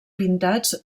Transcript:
pintats